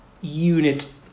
unit